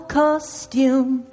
costume